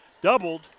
Doubled